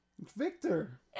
Victor